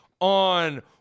on